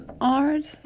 art